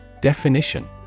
Definition